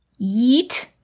Yeet